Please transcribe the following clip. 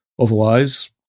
Otherwise